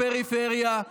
שהביא אפס התחשבות בפריפריה.